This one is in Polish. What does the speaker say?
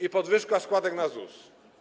i podwyżkę składek na ZUS.